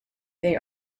they